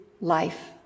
life